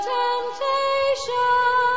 temptation